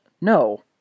no